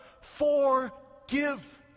forgive